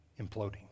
imploding